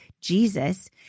Jesus